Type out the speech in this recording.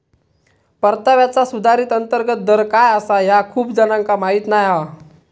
परताव्याचा सुधारित अंतर्गत दर काय आसा ह्या खूप जणांका माहीत नाय हा